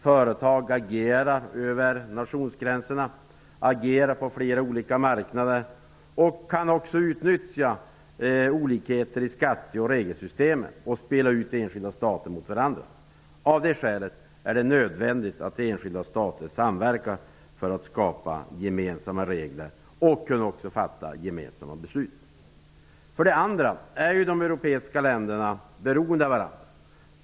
Företag agerar över nationsgränserna och agerar på flera olika marknader. De kan också utnyttja olikheter i skatte och regelsystemen och spela ut enskilda stater mot varandra. Av det skälet är det nödvändigt att de enskilda staterna samverkar för att skapa gemensamma regler och för att kunna fatta gemensamma beslut. För det andra är de europeiska länderna beroende av varandra.